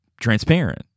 transparent